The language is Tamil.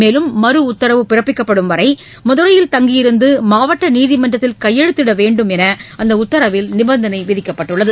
மேலும் மறு உத்தரவு பிறப்பிக்கும் வரை மதுரையில் தங்கியிருந்து மாவட்ட நீதிமன்றத்தில் கையெழுத்திட வேண்டும் என்று அந்த உத்தரவில் நிபந்தனை விதிக்கப்பட்டுள்ளது